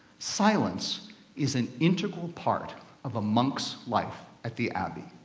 silence is an integral part of a monk's life at the abbey.